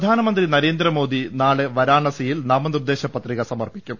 പ്രധാനമന്ത്രി ന്രേന്ദ്രമോദി നാളെ വാരണാസിയിൽ നാമ നിർദ്ദേശപ്പത്രിക് സമർപ്പിക്കും